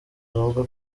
bavuga